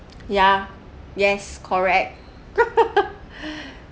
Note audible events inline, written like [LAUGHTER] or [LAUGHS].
yeah yes correct [LAUGHS]